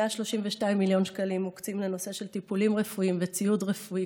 132 מיליון שקלים מוקצים לנושא של טיפולים רפואיים וציוד רפואי,